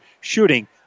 shooting